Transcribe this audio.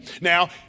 Now